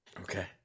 Okay